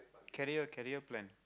career career plan